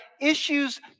issues